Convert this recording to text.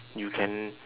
you can